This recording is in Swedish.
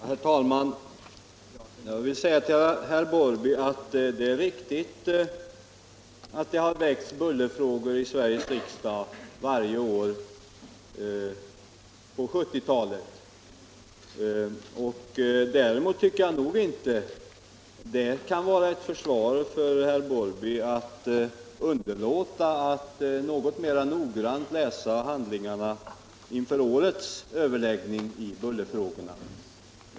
Herr talman! Jag vill säga till herr Larsson i Borrby att det är riktigt Enhetlig bullerlag Enhetlig bullerlag att det i Sveriges riksdag har väckts motioner i bullerfrågan varje år sedan 1970. Men jag tycker inte att det kan vara ett försvar för herr Larsson i Borrby att underlåta att något mera noggrant läsa handlingarna inför årets överläggning i bullerfrågan.